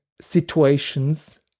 situations